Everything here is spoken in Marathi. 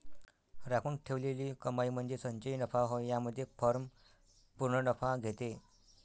राखून ठेवलेली कमाई म्हणजे संचयी नफा होय यामध्ये फर्म पूर्ण नफा घेते